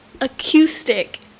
Acoustic